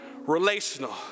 relational